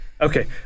Okay